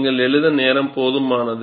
நீங்கள் எழுத நேரம் போதுமானது